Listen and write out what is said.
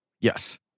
Yes